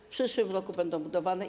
W przyszłym roku będą budowane.